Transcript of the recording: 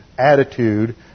attitude